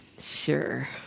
sure